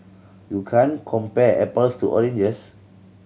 you can't compare apples to oranges